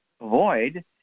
avoid